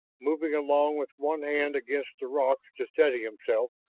moving along with one hand against the rocks to steady himself,